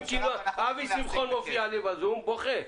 אבי שמחון מופיע לי ב-זום ובוכה.